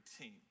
team